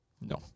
no